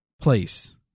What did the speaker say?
place